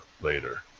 later